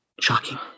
Shocking